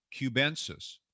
cubensis